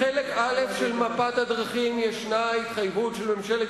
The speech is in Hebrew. בחלק א' של מפת הדרכים יש התחייבות של ממשלת